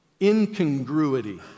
incongruity